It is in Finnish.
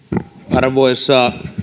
arvoisa